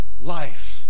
life